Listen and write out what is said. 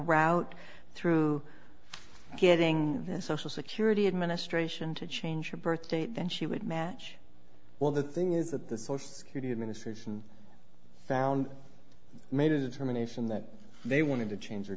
route through getting the social security administration to change her birth date then she would match well the thing is that the source cutie administration found made a determination that they wanted to change he